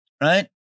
right